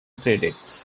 credits